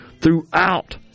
throughout